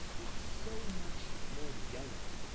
it's so much more yellow.